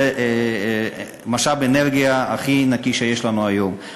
זה משאב האנרגיה הכי נקי שיש לנו היום.